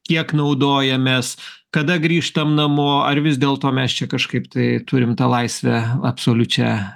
kiek naudojamės kada grįžtam namo ar vis dėlto mes čia kažkaip tai turim tą laisvę absoliučią